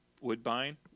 Woodbine